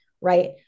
right